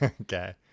Okay